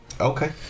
Okay